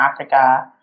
Africa